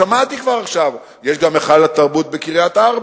כבר שמעתי עכשיו: יש גם היכל התרבות בקריית-ארבע,